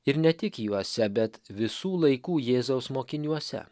ir ne tik juose bet visų laikų jėzaus mokiniuose